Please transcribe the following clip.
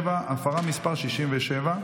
67)